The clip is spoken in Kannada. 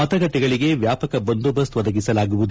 ಮತಗಟ್ಟೆಗಳಿಗೆ ವ್ಲಾಪಕ ಬಂದೋಬಸ್ತ್ ಒದಗಿಸಲಾಗುವುದು